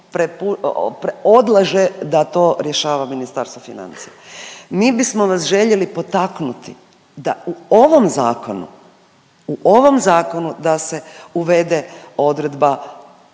odlaže da to rješava Ministarstvo financija. Mi bismo vas željeli potaknuti da u ovom zakonu, ovom zakonu da se uvede odredba